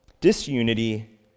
Disunity